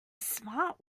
smart